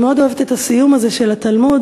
אני מאוד אוהבת את הסיום הזה של התלמוד.